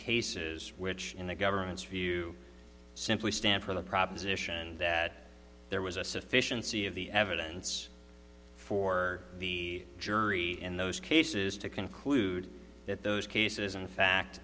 cases which in the government's view simply stand for the proposition that there was a sufficiency of the evidence for the jury in those cases to conclude that those cases in fact